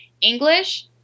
English